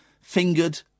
fingered